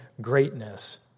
greatness